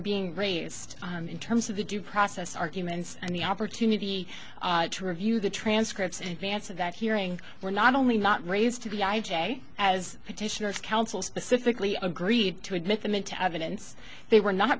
being raised in terms of the due process arguments and the opportunity to review the transcripts and vance of that hearing were not only not raised to be i j as petitioners counsel specifically agreed to admit them into evidence they were not